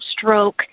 stroke